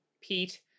Pete